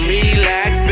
Relax